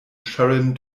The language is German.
sharon